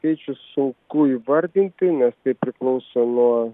skaičių sunku įvardinti nes tai priklauso nuo